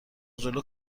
جلو